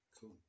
cool